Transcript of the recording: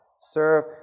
serve